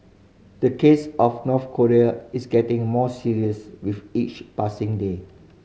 the case of North Korea is getting more serious with each passing day